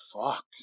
fuck